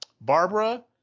Barbara